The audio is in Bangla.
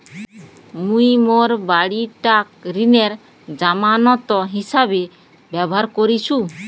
মুই মোর বাড়িটাক ঋণের জামানত হিছাবে ব্যবহার করিসু